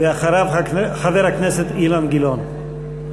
אחריו, חבר הכנסת אילן גילאון.